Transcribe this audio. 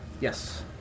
yes